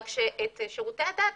רק שאת שירותי הדת,